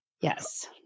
yes